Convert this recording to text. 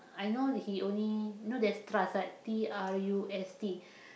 I know he only you know there's trust right T R U S T